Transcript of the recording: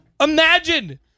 Imagine